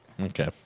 Okay